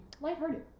Lighthearted